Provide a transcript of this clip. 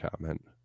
comment